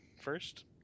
first